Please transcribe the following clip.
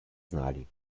znali